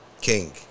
king